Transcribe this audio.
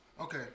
Okay